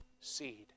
seed